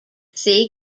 see